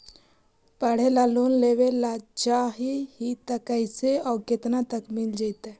पढ़े ल लोन लेबे ल चाह ही त कैसे औ केतना तक मिल जितै?